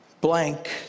blank